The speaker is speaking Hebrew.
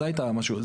זו הייתה האמירה.